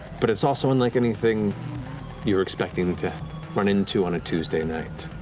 but it's also in like anything you're expecting to run into on a tuesday night.